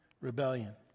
rebellion